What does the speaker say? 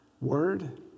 word